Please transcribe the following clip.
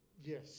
yes